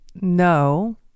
no